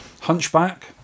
Hunchback